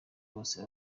bose